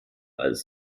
als